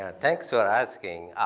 ah thanks for asking.